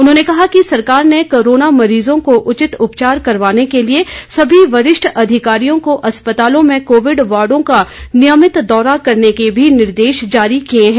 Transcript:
उन्होंने कहा कि सरकार ने कोरोना मरीजों को उचित उपचार करवाने के लिए सभी वरिष्ठ अधिकारियों को अस्पतालों में कोविड वार्डो का नियमित दौरा करने के भी निर्देश जारी किए हैं